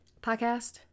podcast